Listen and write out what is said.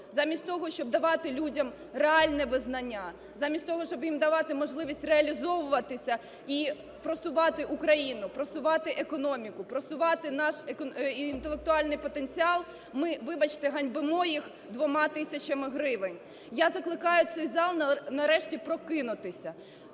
замість того, щоб давати людям реальне визнання, замість того, щоб їм давати можливість реалізовуватись і просувати Україну, просувати економіку, просувати наш інтелектуальний потенціал, ми, вибачте, ганьбимо їх 2 тисячами гривень. Я закликаю цей зал нарешті прокинутися.